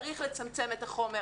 צריך לצמצם את החומר.